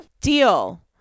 deal